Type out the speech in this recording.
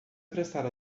prestar